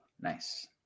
Nice